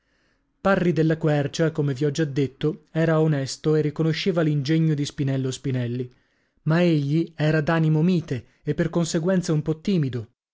parri della quercia come vi ho già detto era onesto e riconosceva l'ingegno di spinello spinelli ma egli era d'animo mite e per conseguenza un po timido